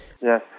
Yes